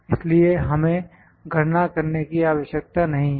इसलिए हमें गणना करने की आवश्यकता नहीं है